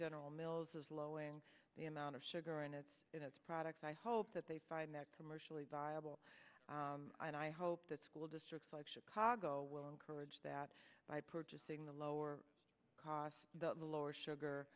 general mills was lowing the amount of sugar in its products i hope that they find that commercially viable and i hope that school districts like chicago will encourage that by purchasing the lower cost the lower sugar